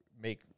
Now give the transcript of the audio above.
make